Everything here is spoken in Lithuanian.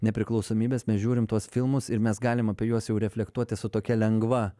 nepriklausomybės mes žiūrim tuos filmus ir mes galim apie juos jau reflektuoti su tokia lengva